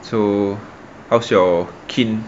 so how's your kin